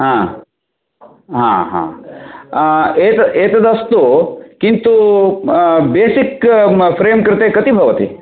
हा आ हा हा एतद् एतद् अस्तु किन्तु बेसिक् फ़्रेम् कृते कति भवति